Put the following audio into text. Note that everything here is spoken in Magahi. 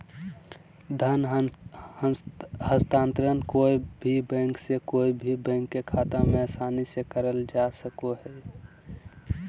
धन हस्तान्त्रंण कोय भी बैंक से कोय भी बैंक के खाता मे आसानी से करल जा सको हय